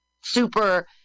super